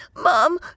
Mom